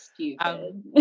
Stupid